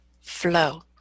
flow